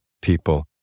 people